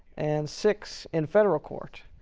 and six in federal court.